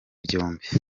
byombi